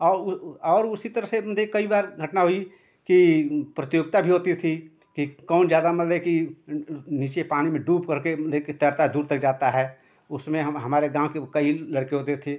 और और उसी तरह से मतलब कि कई बार घटना हुई कि प्रतियोगिता भी होती थी कि कौन ज़्यादा मतलब कि नीचे पानी में डूब कर के मतलब कि तैरता है दूर तक जाता है उस समय हम हमारे गाँव के कई लड़के होते थे